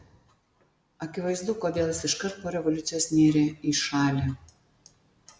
akivaizdu kodėl jis iškart po revoliucijos nėrė į šalį